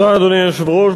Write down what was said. אדוני היושב-ראש,